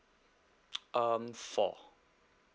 um four